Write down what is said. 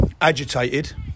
agitated